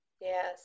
Yes